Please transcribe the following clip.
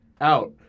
out